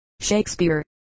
Shakespeare